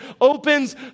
opens